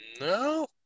No